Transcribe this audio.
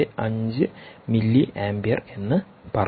5 mA എന്ന് പറയാം